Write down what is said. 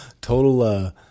total –